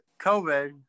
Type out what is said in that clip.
COVID